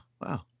wow